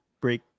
break